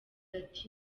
ati